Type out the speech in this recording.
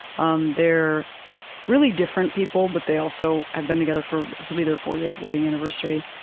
um they're really different people but they also have been together for this will be their fortieth wedding anniversary,